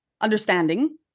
understanding